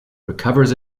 recovers